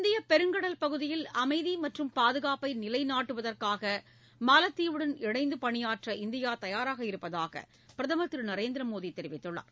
இந்தியப் பெருங்கடல் பகுதியில் அமைதி மற்றும் பாதுகாப்பை நிலைநாட்டுவதற்காக மாலத்தீவுடன் இணைந்து பணியாற்ற இந்தியா தயாராக இருப்பதாக பிரதமர் திரு நரேந்திர மோடி தெரிவித்துள்ளார்